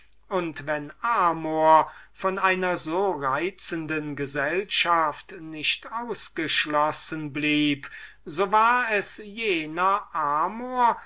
und wenn amor von einer so reizenden gesellschaft nicht ausgeschlossen war so war es jener amor